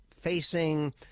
facing